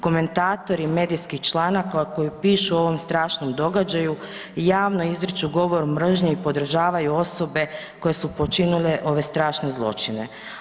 Komentatori medijskih članaka koji pišu o ovom strašnom događaju javno izriču govor mržnje i podržavaju osobe koje su počinile ove strašne zločine.